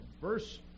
verse